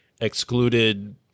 excluded